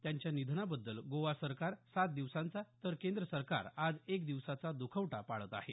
त्यांच्या निधनाबद्दल गोवा सरकार सात दिवसाचा तर केंद्र सरकार आज एक दिवसाचा द्खवटा पाळत आहे